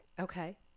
okay